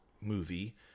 movie